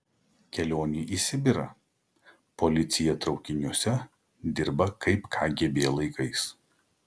kelionė į sibirą policija traukiniuose dirba kaip kgb laikais